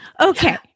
Okay